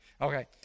Okay